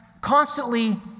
constantly